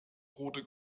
rote